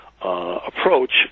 Approach